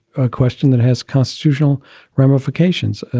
a question that has constitutional ramifications.